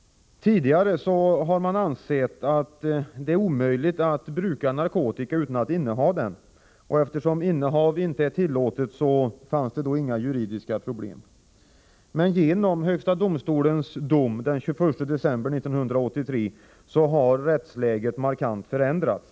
Tidigare har man ansett att det är omöjligt att bruka narkotika utan att inneha den, och eftersom innehav inte är tillåtet, så fanns det inga juridiska problem. Men genom högsta domstolens dom den 21 december 1983 har rättsläget markant förändrats.